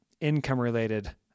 income-related